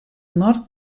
nord